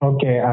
Okay